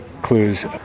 clues